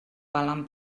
valen